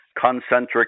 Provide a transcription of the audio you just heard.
concentric